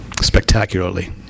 Spectacularly